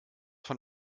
von